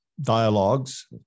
Dialogues